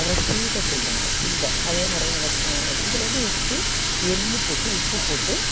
அப்புறம் சீடை செய்வாங்க சீடை அதே மாதிரி தான் இதில் வந்து உப்பு எள்ளு போட்டு உப்பு போட்டு